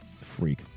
freak